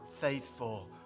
faithful